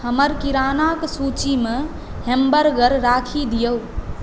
हमर किरानाक सूची मे हैम्बर्गर राखी दिऔ